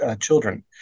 children